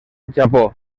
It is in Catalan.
japó